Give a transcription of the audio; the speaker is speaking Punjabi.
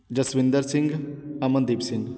ਜਸਵਿੰਦਰ ਸਿੰਘ ਅਮਨਦੀਪ ਸਿੰਘ